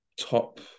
top